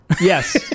Yes